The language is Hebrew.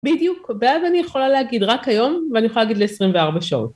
בדיוק, ואז אני יכולה להגיד רק להיום, ואני יכולה להגיד ל-24 שעות.